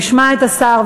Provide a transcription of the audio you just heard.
נשמע את השר,